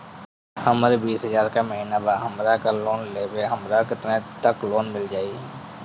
हमर बिस हजार के महिना बा हमरा के लोन लेबे के बा हमरा केतना तक लोन मिल जाई?